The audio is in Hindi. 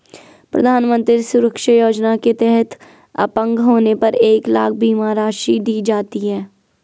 प्रधानमंत्री सुरक्षा योजना के तहत अपंग होने पर एक लाख बीमा राशि दी जाती है